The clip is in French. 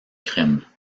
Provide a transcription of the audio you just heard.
crime